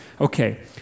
Okay